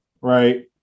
right